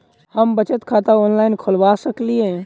हम बचत खाता ऑनलाइन खोलबा सकलिये?